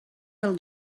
del